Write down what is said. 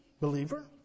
believer